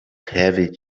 heavy